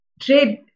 trade